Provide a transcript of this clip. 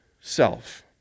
self